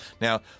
Now